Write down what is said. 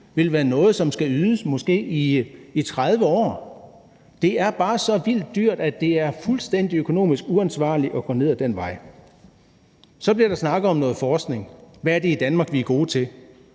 vil være noget, som skal ydes måske i 30 år. Det er bare så vildt dyrt, at det er fuldstændig økonomisk uansvarligt at gå ned ad den vej. Så bliver der snakket om noget forskning. Hvad er det i Danmark, vi er gode til?